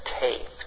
taped